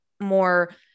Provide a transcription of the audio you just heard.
more